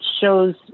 shows